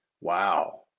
wow